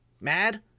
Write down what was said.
mad